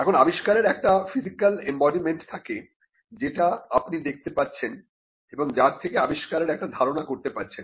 এখন আবিষ্কারের একটা ফিজিক্যাল এম্বডিমেন্ট থাকে যেটা আপনি দেখতে পাচ্ছেন এবং যার থেকে আবিষ্কারের একটা ধারণা করতে পারছেন